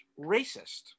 racist